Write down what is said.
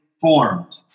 formed